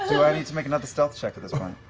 do i need to make another stealth check at this point?